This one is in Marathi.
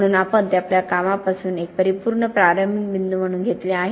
म्हणून आपण ते आपल्या कामापासून एक परिपूर्ण प्रारंभिक बिंदू म्हणून घेतले आहे